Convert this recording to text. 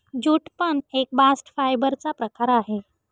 jute पण एक bast fibre चा प्रकार आहे